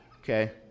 Okay